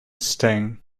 sting